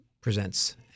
presents